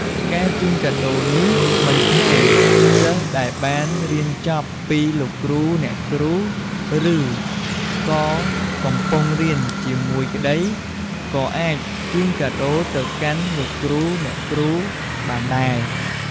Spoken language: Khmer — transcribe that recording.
ការជូនកាដូរនេះមិនថាសិស្សដែលបានរៀនចប់ពីលោកគ្រូ អ្នកគ្រូឬក៏កំពុងរៀនជាមួយក្តីក៏អាចជូនកាដូរទៅកាន់លោកគ្រូ អ្នកគ្រូបានដែរ។